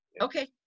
okay